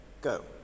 Go